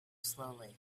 slowly